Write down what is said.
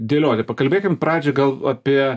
dėlioti pakalbėkim pradžiai gal apie